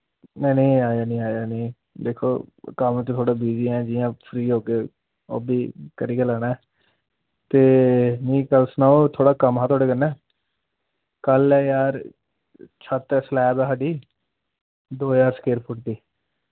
नेईं नेईं अजें निं आए हैन दिक्खो कम्म च थोह्ड़ा बिजी आं जि'यां फ्री होगे ओह्ब्बी करी गै लैना ते मिगी इक गल्ल सनाओ थोह्ड़ा कम्म हा थोआढ़े कन्नै कल्ल ऐ यार छत स्लैब ऐ साढ़ी दो ज्हार स्केयर फुट दी